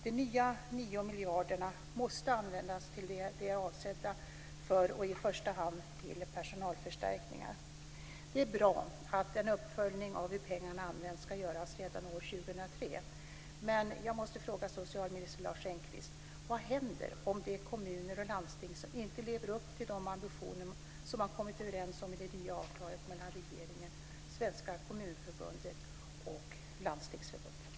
De nya nio miljarderna måste användas till det de är avsedda för och i första hand till personalförstärkningar. Det är bra att en uppföljning av hur pengarna används ska göras redan år 2003, men jag måste fråga socialminister Lars Engqvist: Vad händer med de kommuner och landsting som inte lever upp till de ambitioner som man har kommit överens om i det nya avtalet mellan regeringen, Svenska Kommunförbundet och